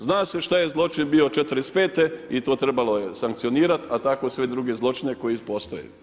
Zna se šta je zločin bio '45. i to je trebalo sankcionirati, a tako i sve druge zločine koji postoje.